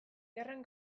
gerran